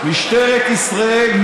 משטרת ישראל,